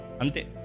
ante